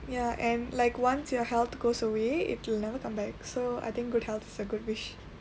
ya and like once your health goes away it will never come back so I think good health is a good wish